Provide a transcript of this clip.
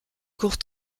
court